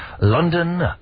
London